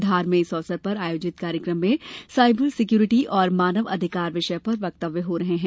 धार में इस अवसर पर आयोजित कार्यक्रम में सायबर सिक्यूरिटी और मानव अधिकार विषय पर वक्तव्य हो रहे हैं